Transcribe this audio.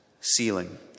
ceiling